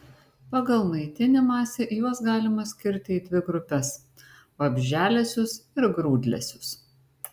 pagal maitinimąsi juos galima skirti į dvi grupes vabzdžialesius ir grūdlesius